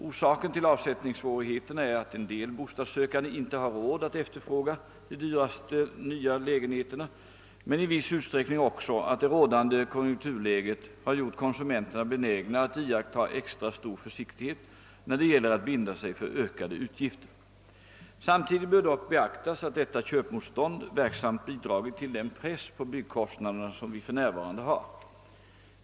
Orsaken till avsättningssvårigheterna är att en del bostadssökande inte har råd att efterfråga de dyraste nya lägenheterna men i viss utsträckning också att det rådande konjunkturläget har gjort konsumenterna benägna att iaktta extra stor försiktighet när det gäller att binda sig för ökade utgifter. Samtidigt bör dock beaktas, att detta köpmotstånd verksamt bidragit till den press på byggnadskostnaderna som vi för närvarande har.